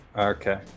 Okay